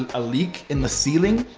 a leak in the ceiling,